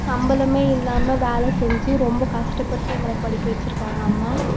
சம்பளமே இல்லாமல் வேலை செஞ்சு ரொம்ப கஷ்டப்பட்டு எங்களை படிக்க வெச்சிருக்காங்க அம்மா